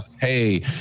hey